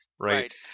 Right